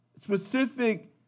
specific